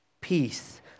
Peace